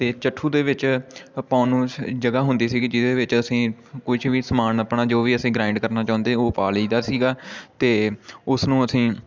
ਅਤੇ ਚੱਠੂ ਦੇ ਵਿੱਚ ਆਪਾਂ ਉਹਨੂੰ ਜਗ੍ਹਾ ਹੁੰਦੀ ਸੀਗੀ ਜਿਹਦੇ ਵਿੱਚ ਅਸੀਂ ਕੁਝ ਵੀ ਸਮਾਨ ਆਪਣਾ ਜੋ ਵੀ ਅਸੀਂ ਗ੍ਰਾਇੰਡ ਕਰਨਾ ਚਾਹੁੰਦੇ ਉਹ ਪਾ ਲਈਦਾ ਸੀਗਾ ਅਤੇ ਉਸ ਨੂੰ ਅਸੀਂ